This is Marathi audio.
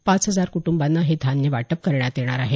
पाच हजार कुटुंबांना हे धान्य वाटप करण्यात येणार आहे